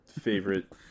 favorite